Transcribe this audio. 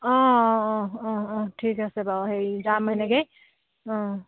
অঁ অঁ অঁ অঁ অঁ ঠিক আছে বাৰু হেৰি যাম সেনেকে অঁ